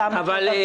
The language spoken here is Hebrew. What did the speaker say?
למה לשלוף?